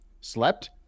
slept